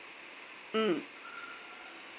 mm